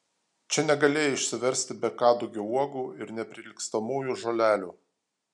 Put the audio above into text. čia negalėjai išsiversti be kadugio uogų ir neprilygstamųjų žolelių